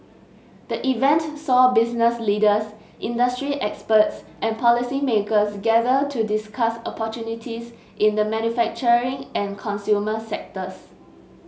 the event saw business leaders industry experts and policymakers gather to discuss opportunities in the manufacturing and consumer sectors